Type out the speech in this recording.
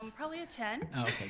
um probably a ten. okay,